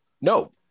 No